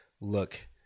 look